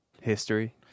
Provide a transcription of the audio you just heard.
history